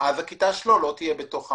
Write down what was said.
אז הכיתה שלו לא תהיה בתוך המהלך.